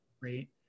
great